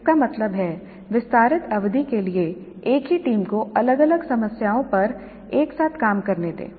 इसका मतलब है विस्तारित अवधि के लिए एक ही टीम को अलग अलग समस्याओं पर एक साथ काम करने दें